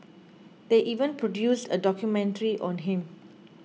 they even produced a documentary on him